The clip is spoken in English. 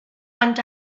and